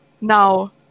now